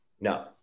No